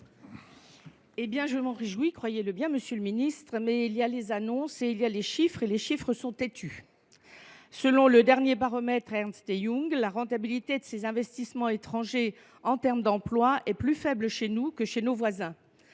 Mais je m’en réjouis, croyez le bien, monsieur le ministre ! Simplement, il y a les annonces et il y a les chiffres. Or les chiffres sont têtus. Selon le dernier baromètre Ernst & Young, la rentabilité des investissements étrangers en termes d’emplois est plus faible chez nous que chez nos voisins.